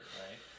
right